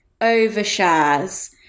overshares